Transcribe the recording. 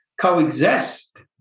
coexist